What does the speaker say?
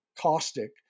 caustic